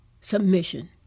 submission